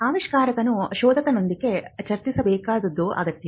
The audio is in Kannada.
ಆವಿಷ್ಕಾರಕನು ಶೋಧಕನೊಂದಿಗೆ ಚರ್ಚಿಸಬೇಕಾದದ್ದು ಅಗತ್ಯ